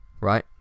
right